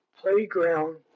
playground